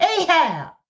Ahab